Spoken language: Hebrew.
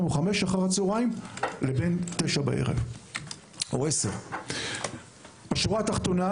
או 17:00 ובין 21:00 או 22:00. בשורה התחתונה,